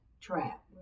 trap